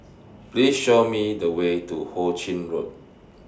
Please Show Me The Way to Ho Ching Road